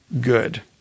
good